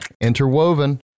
interwoven